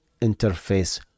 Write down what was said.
interface